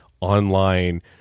online